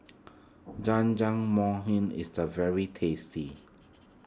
Jajangmyeon is the very tasty